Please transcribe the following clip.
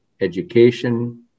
education